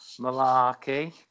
malarkey